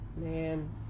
Man